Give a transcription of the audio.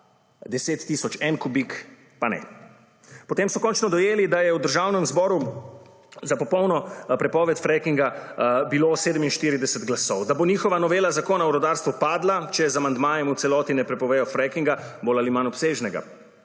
10 tisoč en kubik pa ne. Potem so končno dojeli, da je v Državnem zboru za popolno prepoved frackinga bilo 47 glasov, da bo njihova novela zakona o rudarstvu padla, če z amandmajem v celoti ne prepovedo frackinga, bolj ali manj obsežnega,